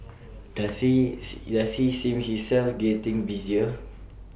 does he see himself getting busier